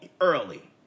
early